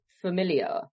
familiar